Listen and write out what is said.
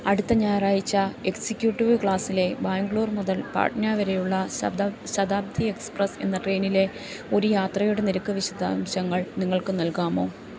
അടുത്ത ഞായറാഴ്ച എക്സിക്യൂട്ടീവ് ക്ലാസ്സിലെ ബാങ്ക്ലൂർ മുതൽ പാട്ന വരെയുള്ള ശതാബ്ദി എക്സ്പ്രസ്സ് എന്ന ട്രെയ്നിലെ ഒരു യാത്രയുടെ നിരക്ക് വിശദാംശങ്ങൾ നിങ്ങൾക്ക് നൽകാമോ